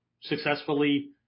successfully